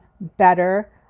better